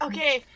Okay